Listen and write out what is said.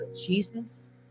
Jesus